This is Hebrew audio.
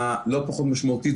הלא פחות משמעותית,